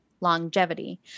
longevity